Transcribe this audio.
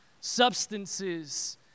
substances